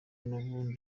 n’ubundi